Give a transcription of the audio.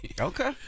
Okay